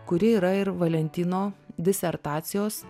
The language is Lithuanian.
kuri yra ir valentino disertacijos